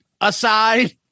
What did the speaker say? aside